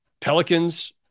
Pelicans